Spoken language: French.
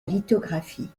lithographie